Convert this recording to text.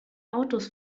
autos